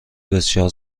بسیار